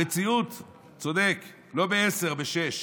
המציאות, צודק, לא בעשרה, בשישה.